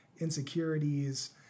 insecurities